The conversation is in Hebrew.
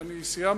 אני סיימתי.